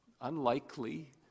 unlikely